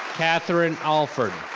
catherine alford.